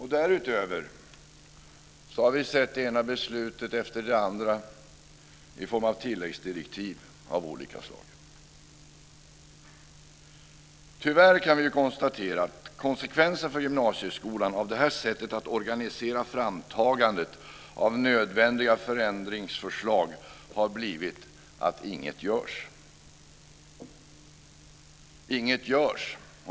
Därutöver har vi sett det ena beslutet efter det andra i form av tilläggsdirektiv av olika slag. Tyvärr kan vi konstatera att konsekvensen för gymnasieskolan av detta sätt att organisera framtagandet av nödvändiga förändringsförslag har blivit att inget görs.